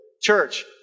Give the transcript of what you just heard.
church